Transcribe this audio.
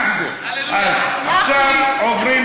עיסאווי,